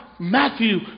Matthew